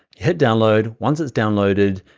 hit download. once it's downloaded,